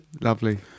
lovely